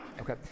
Okay